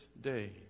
day